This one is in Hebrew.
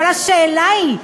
אבל השאלה היא,